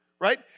right